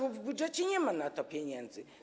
Bo w budżecie nie ma na to pieniędzy.